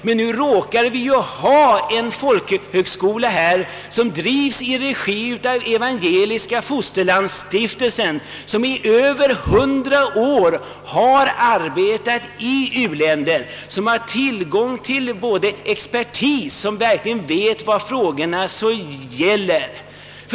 Och nu råkar vi ha en folkhögskola som drives i Evangeliska fosterlandsstiftelsens regi, och den stiftelsen har i över hundra år arbetat i u-länder. Där har man också tillgång på expertis som vet vad hela denna fråga gäller.